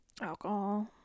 Alcohol